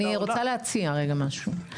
אני רוצה להציע רגע משהו.